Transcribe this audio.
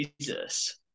Jesus